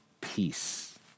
peace